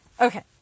Okay